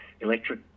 Electric